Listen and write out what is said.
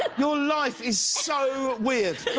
ah your life is so weird.